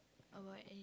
about any~